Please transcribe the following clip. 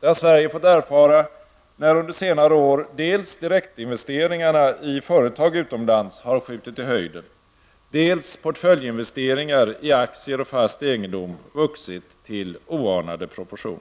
Det har Sverige fått erfara, när under senare år dels direktinvesteringar i företag utomlands har skjutit i höjden, dels portföljinvesteringar i aktier och fast egendom har vuxit till oanade proportioner.